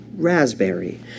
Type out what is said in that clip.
Raspberry